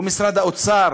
הוא משרד האוצר